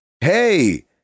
Hey